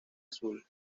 azul